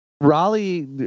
Raleigh